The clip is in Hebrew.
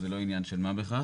זה לא עניין של מה בכך.